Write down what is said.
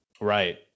Right